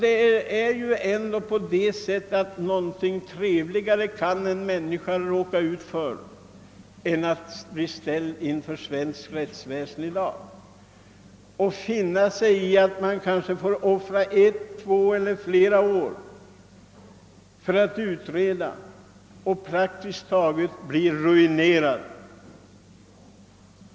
Det kan inträffa trevligare händelser än att man ställs inför svensk domstol, får vänta flera år på att frågorna skall utredas och kanske blir praktiskt taget ruinerad under tiden.